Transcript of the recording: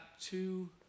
two